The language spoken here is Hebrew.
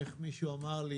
איך מישהו אמר לי?